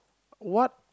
what